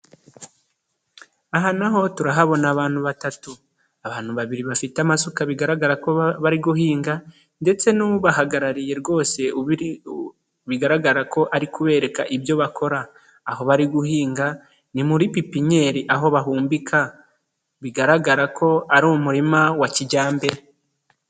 Aha naho turahabona abantu batatu, abantu babiri bafite amasuka bigaragara ko bari guhinga ndetse n'ubahagarariye rwose bigaragara ko ari kubereka ibyo bakora, aho bari guhinga ni muri pipinyeri aho bahumbika, bigaragara ko ari umurima wa kijyambere.